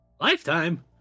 Lifetime